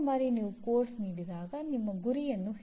ಇದು ಅರ್ಥ ಮಾಡಿಕೊಳ್ಳುವ ಪರಿಯಾಗಿದೆ